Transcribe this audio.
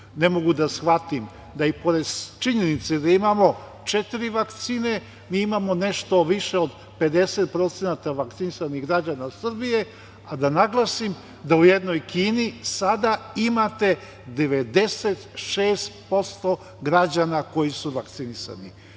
mogu da shvatim da i pored činjenice da imamo četiri vakcine, mi imamo nešto više od 50% vakcinisanih građana Srbije. Da naglasim, da u jednoj Kini, sada imate 96% građana koji su vakcinisani.